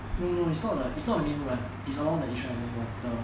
no no no is not the is not the main road one is along the yishun avenue one the